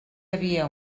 havia